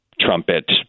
trumpet